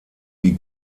die